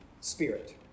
Spirit